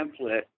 template